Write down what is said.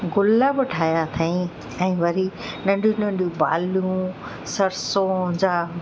गुल बि ठाहियां अथईं ऐं वरी नंढियूं नंढियूं बालियूं सरसो जा